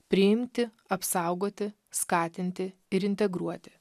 priimti apsaugoti skatinti ir integruoti